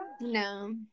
No